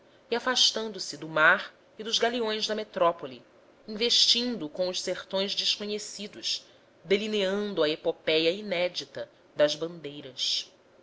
e afastando-se do mar e dos galeões da metrópole investindo com os sertões desconhecidos delineando a epopéia inédita das bandeiras